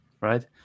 right